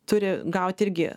turi gaut irgi